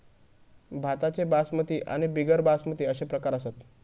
भाताचे बासमती आणि बिगर बासमती अशे प्रकार असत